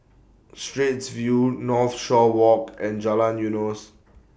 Straits View Northshore Walk and Jalan Eunos